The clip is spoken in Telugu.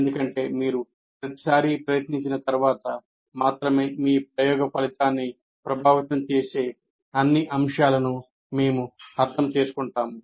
ఎందుకంటే మీరు ఒకసారి ప్రయత్నించిన తర్వాత మాత్రమే మీ ప్రయోగం ఫలితాన్ని ప్రభావితం చేసే అన్ని అంశాలను మేము అర్థం చేసుకుంటాము